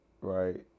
right